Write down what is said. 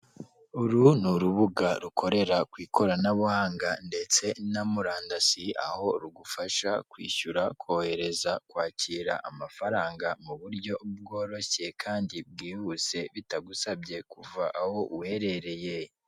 Uru ni urubuga rukorera ku ikoranabuhanga ndetse na murandasi aho rugufasha kwishyura kohereza kwakira amafaranga mu buryo bworoshye kandi bwihuse bitagusabye kuva aho uherereye.